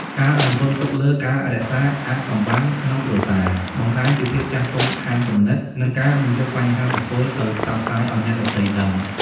ការរំពឹងទុកលើ "ការរក្សាអាថ៌កំបាំងក្នុងគ្រួសារ" បង្ហាញពីភាពចាស់ទុំខាងគំនិត និងការមិនយកបញ្ហាបុគ្គលទៅផ្សព្វផ្សាយឱ្យអ្នកដទៃដឹង។